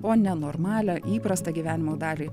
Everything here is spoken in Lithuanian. o ne normalią įprastą gyvenimo dalį